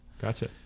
Gotcha